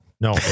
No